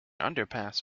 underpass